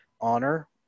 honor